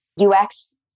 UX